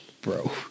bro